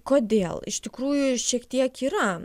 kodėl iš tikrųjų šiek tiek yra